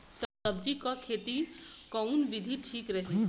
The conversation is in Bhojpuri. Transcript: सब्जी क खेती कऊन विधि ठीक रही?